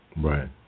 Right